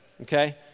Okay